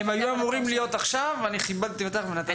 אם היו אמורים לדבר עכשיו אבל אני כיבדתי אותך ונתתי לך.